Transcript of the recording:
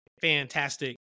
fantastic